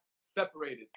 separated